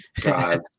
God